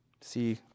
See